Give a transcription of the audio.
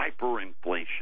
hyperinflation